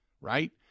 right